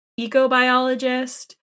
ecobiologist